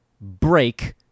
break